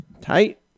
tight